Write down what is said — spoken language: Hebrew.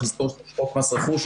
צריך לזכור שיש חוק מס רכוש.